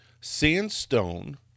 sandstone